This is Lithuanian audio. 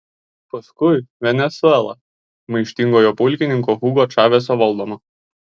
paskui venesuela maištingojo pulkininko hugo čaveso valdoma